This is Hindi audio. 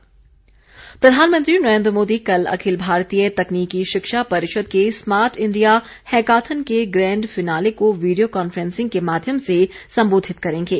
प्रधानमंत्री प्रधानमंत्री नरेन्द्र मोदी कल अखिल भारतीय तकनीकी शिक्षा परिषद के स्मार्ट इंडिया हैकाथन के ग्रेंड फिनाले को वीडियो कांफ्रेंसिंग के माध्यम से सम्बोधित करेंगे